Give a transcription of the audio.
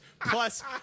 plus